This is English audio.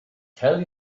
tell